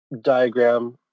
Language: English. diagram